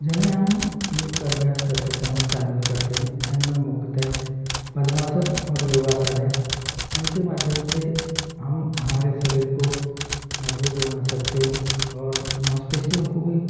जिन्हें हम योग का अभ्यास करते समय शामिल करते हैं इनमें मुख्यतः पद्मासन और योगासन है इनके माध्यम से हम हमारे शरीर को मजबूत बना सकते हैं और मांसपेसियों को भी